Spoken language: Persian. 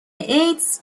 ایدز